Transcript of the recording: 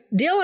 Dylan